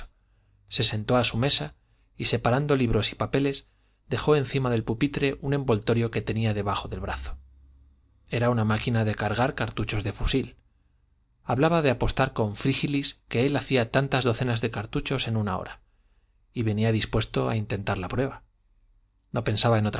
se sentó a su mesa y separando libros y papeles dejó encima del pupitre un envoltorio que tenía debajo del brazo era una máquina de cargar cartuchos de fusil acababa de apostar con frígilis que él hacía tantas docenas de cartuchos en una hora y venía dispuesto a intentar la prueba no pensaba en